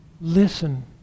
listen